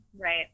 Right